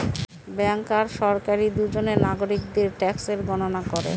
bank আর সরকারি দুজনে নাগরিকদের ট্যাক্সের গণনা করে